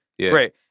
great